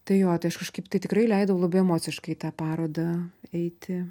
tai jo tai aš kažkaip tai tikrai leidau labai emociškai į tą parodą eiti